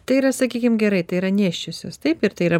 tai yra sakykim gerai tai yra nėščiosios taip ir tai yra